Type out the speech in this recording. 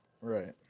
Right